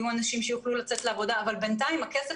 יהיו אנשים שיוכלו לצאת לעבודה אבל בינתיים הכסף